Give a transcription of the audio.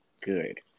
good